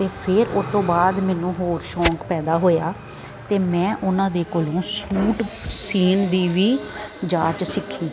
ਅਤੇ ਫਿਰ ਉਸ ਤੋਂ ਬਾਅਦ ਮੈਨੂੰ ਹੋਰ ਸ਼ੌਕ ਪੈਦਾ ਹੋਇਆ ਅਤੇ ਮੈਂ ਉਹਨਾਂ ਦੇ ਕੋਲੋਂ ਸੂਟ ਸਿਊਣ ਦੀ ਵੀ ਜਾਂਚ ਸਿੱਖੀ